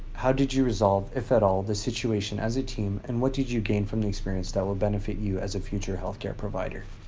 how did you resolve, if at all, all, the situation as a team and what did you gain from the experience that will benefit you as a future healthcare provider?